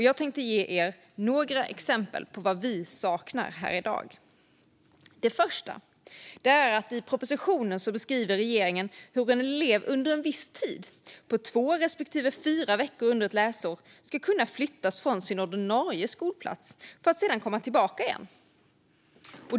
Jag tänker ge er några exempel på vad vi saknar i dag. Det första exemplet handlar om att regeringen i propositionen beskriver hur en elev under en viss tid - två respektive fyra veckor under ett läsår - ska kunna flyttas från sin ordinarie skolplats för att sedan komma tillbaka.